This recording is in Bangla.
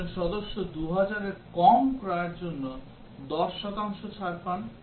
একজন সদস্য 2000 এর কম ক্রয়ের জন্য 10 শতাংশ ছাড় পান